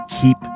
keep